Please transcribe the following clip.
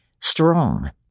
Strong